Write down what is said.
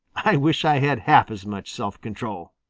i wish i had half as much self-control.